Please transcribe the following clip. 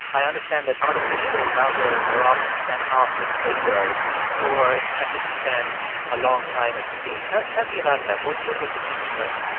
i understand that artificial lovers were often sent off with sailors who were expected to spend a long time at sea. tell tell me about them. what what was the thinking there?